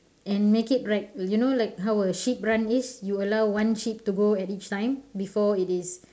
and make it like you know like how a sheep run is you allow one sheep to go at each time before it is